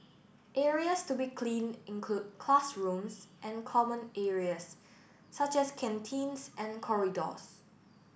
areas to be cleaned include classrooms and common areas such as canteens and corridors